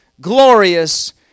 glorious